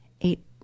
eight